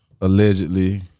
Allegedly